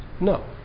No